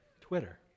Twitter